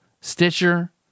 Stitcher